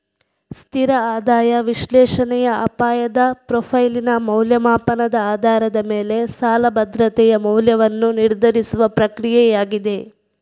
ಸ್ಥಿರ ಆದಾಯ ವಿಶ್ಲೇಷಣೆಯ ಅಪಾಯದ ಪ್ರೊಫೈಲಿನ ಮೌಲ್ಯಮಾಪನದ ಆಧಾರದ ಮೇಲೆ ಸಾಲ ಭದ್ರತೆಯ ಮೌಲ್ಯವನ್ನು ನಿರ್ಧರಿಸುವ ಪ್ರಕ್ರಿಯೆಯಾಗಿದೆ